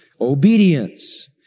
obedience